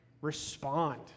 respond